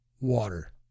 Water